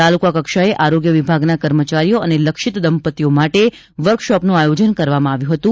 તાલુકા કક્ષાએઆરોગ્ય વિભાગના કર્મચારીઓ અને લક્ષિત દંપતિઓ માટે વર્કશોપનું આયોજન કરવામાં આવ્યું હતું